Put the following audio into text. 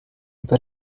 über